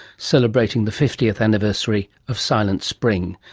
celebrating the fiftieth anniversary of silent spring.